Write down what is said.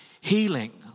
healing